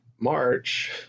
March